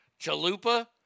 chalupa